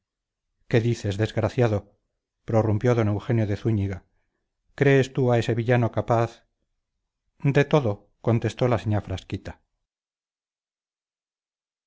qué dices desgraciado prorrumpió don eugenio de zúñiga crees tú capaz de todo contestó la señá frasquita